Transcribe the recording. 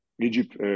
Egypt